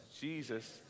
Jesus